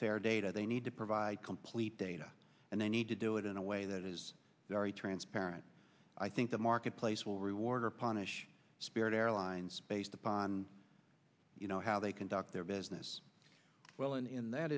fair data they need to provide complete data and they need to do it in a way that is very transparent i think the marketplace will reward or punish spirit airlines based upon you know how they conduct their business well and that